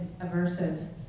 aversive